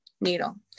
needle